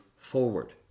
forward